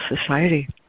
Society